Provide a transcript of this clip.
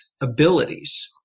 abilities